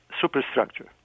superstructure